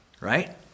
right